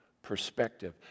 perspective